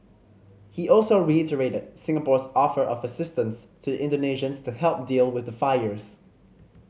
he also reiterated Singapore's offer of assistance to the Indonesians to help deal with the fires